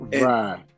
Right